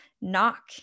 knock